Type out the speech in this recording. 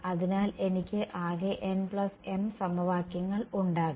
അതിനാൽ എനിക്ക് ആകെ nm സമവാക്യങ്ങൾ ഉണ്ടാകും